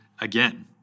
again